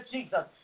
Jesus